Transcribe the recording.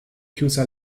chiusa